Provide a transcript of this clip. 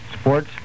sports